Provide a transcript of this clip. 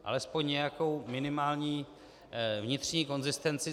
Alespoň nějakou minimální vnitřní konzistenci.